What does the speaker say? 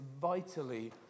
vitally